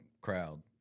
crowd